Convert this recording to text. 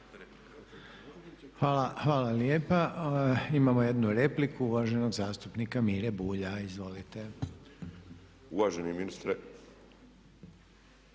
Hvala lijepa. Imamo jednu repliku uvaženog zastupnika Mire Bulja. Izvolite. **Bulj, Miro